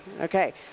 Okay